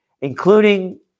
including